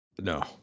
no